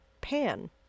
Pan